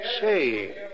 Say